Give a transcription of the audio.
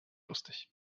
lustig